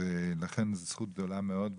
לכן אני חושב שזו זכות גדולה מאוד.